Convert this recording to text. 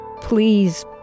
Please